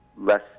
less